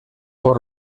por